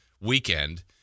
weekend